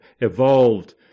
evolved